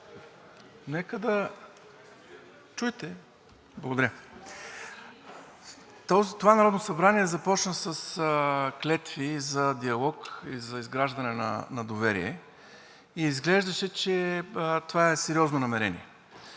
(ДБ): Чуйте. Благодаря! Това Народно събрание започна с клетви за диалог и за изграждане на доверие и изглеждаше, че това е сериозно намерение.